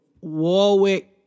Warwick